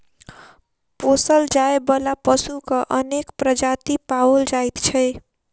पोसल जाय बला पशुक अनेक प्रजाति पाओल जाइत छै